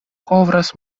kovras